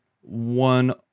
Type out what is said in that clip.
one